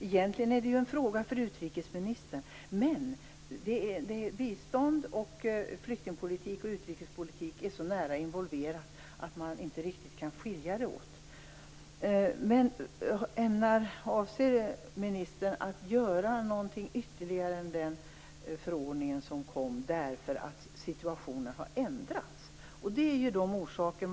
Egentligen är det en fråga för utrikesministern. Men bistånd, flyktingpolitik och utrikespolitik är så nära involverade att man inte riktigt kan skilja dem åt. När avser ministern att göra något ytterligare än den förordning som kom? Situationen har ju ändrats.